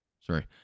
sorry